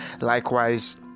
likewise